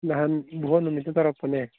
ꯅꯍꯥꯟ ꯚꯣꯠ ꯅꯨꯃꯤꯠꯇ ꯇꯧꯔꯛꯄꯅꯦ